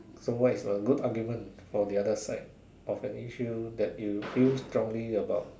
so what is a good argument for the other side of an issue that you feel strongly about